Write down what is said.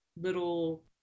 little